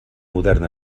modern